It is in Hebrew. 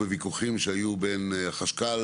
היו בוויכוחים שהיו בין החשכ"ל